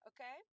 Okay